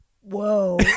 whoa